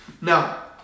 Now